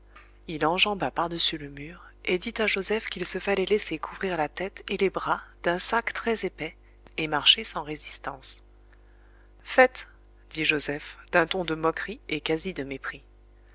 il enjamba par-dessus le mur et dit à joseph qu'il se fallait laisser couvrir la tête et les bras d'un sac très épais et marcher sans résistance faites dit joseph d'un ton de moquerie et quasi de mépris